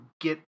get